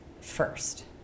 first